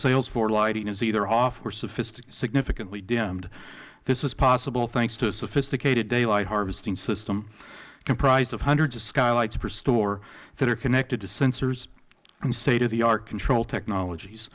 sales floor lighting is either off or significantly dimmed this is possible thanks to a sophisticated daylight harvesting system comprised of hundreds of skylights per store that are connected to sensors and state of the art control technologies